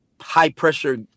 high-pressure